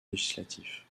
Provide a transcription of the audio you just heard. législatif